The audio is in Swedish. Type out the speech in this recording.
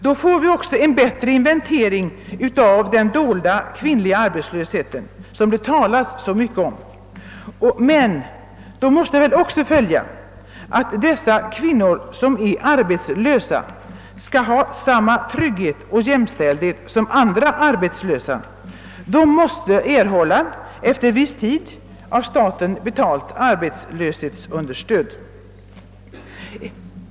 Då finge vi också en bättre inventering av den dolda kvinnliga arbetslösheten som det talas så mycket om, men då måste också följa att dessa kvinnor som är arbetslösa skall ha samma trygghet och jämställdhet som andra arbetslösa. De måste erhålla efter viss tid av staten betalt arbetslöshetsunderstöd.